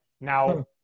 Now